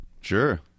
Sure